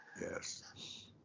Yes